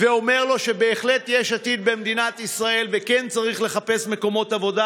ואומר לו שבהחלט יש עתיד במדינת ישראל וכן צריך לחפש מקומות עבודה.